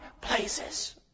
places